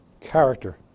character